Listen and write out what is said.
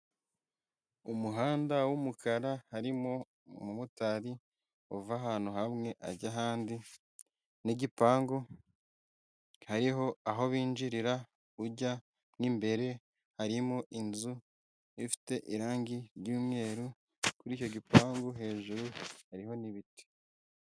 Umuhanda w'umukara harimo umumotari uva ahantu hamwe ajya ahandi n'igipangu hariho aho binjirira ujya mo imbere harimo inzu ifite irangi ry'umweru kuri icyo gipangu hejuru hariho n'ibiti